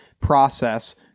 process